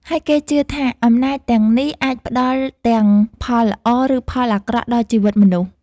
ហើយគេជឿថា អំណាចទាំងនេះអាចផ្តល់ទាំងផលល្អ ឬផលអាក្រក់ដល់ជីវិតមនុស្ស។